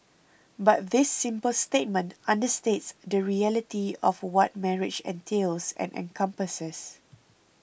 but this simple statement understates the reality of what marriage entails and encompasses